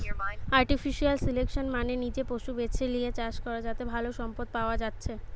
artificial selection মানে নিজে পশু বেছে লিয়ে চাষ করা যাতে ভালো সম্পদ পায়া যাচ্ছে